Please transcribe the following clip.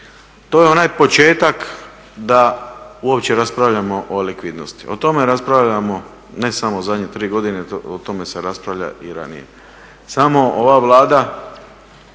To je onaj početak da uopće raspravljamo o likvidnosti. O tome raspravljamo ne samo u zadnje 3 godine o tome se raspravlja i ranije. Samo ova Vlada